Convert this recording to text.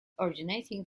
originating